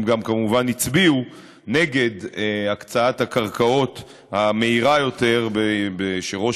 כמובן הצביעו נגד הקצאת הקרקעות המהירה יותר שראש